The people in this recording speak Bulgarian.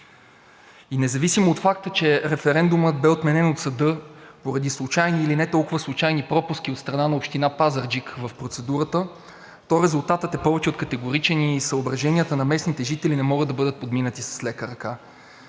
Независимо от факта, че референдумът бе отменен от съда поради случайни или не толкова случайни пропуски от страна на Община Пазарджик в процедурата, то резултатът е повече от категоричен и съображенията на местните жители не могат да бъдат подминати с лека ръка.